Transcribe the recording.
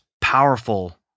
powerful